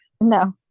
No